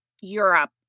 Europe